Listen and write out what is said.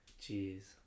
Jeez